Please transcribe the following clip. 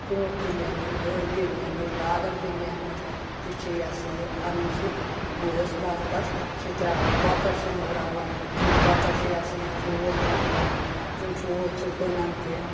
ژونٹھۍ تہِ نیرنس ڈوٗنۍ تہِ نیرنس بادم تہِ نیرنس تہِ چھِ یہِ ہسا یہِ اَنان سُہ گُہہ أسۍ واپَس چھِ تراوان کۄکر چھِ نوراوان تم کۄکر چھِ یہِ ہسا یہِ ٹھوٗل تراوان تم ٹھوٗل چھِ کٕنان تہِ